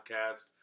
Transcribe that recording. podcast